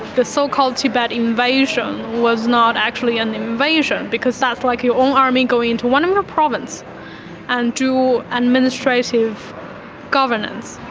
the so-called tibet invasion was not actually an invasion because that's like your own army going to one of your provinces and doing administrative governance.